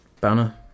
banner